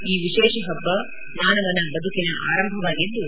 ಈ ವಿಶೇಷ ಹಬ್ಬ ಮಾನವನ ಬದುಕಿನ ಆರಂಭವಾಗಿದ್ದು